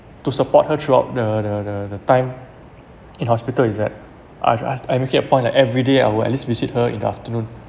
to support her throughout the the the the time in hospital is that I've I've I make it a point I am everyday I'll at least visit her in the afternoon